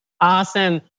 Awesome